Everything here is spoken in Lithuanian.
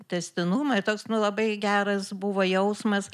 tęstinumą ir toks nu labai geras buvo jausmas